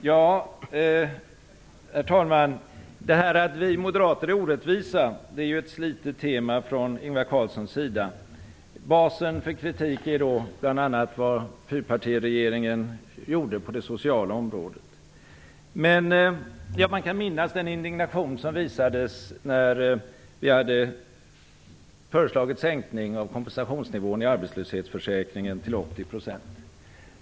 Herr talman! Att vi moderater är orättvisa är ju ett slitet tema från Ingvar Carlssons sida. Basen för kritiken är bl.a. vad fyrpartiregeringen gjorde på det sociala området. Man kan minnas den indignation som visades när vi hade förslagit en sänkning av kompensationsnivån i arbetslöshetsförsäkringen till 80 %.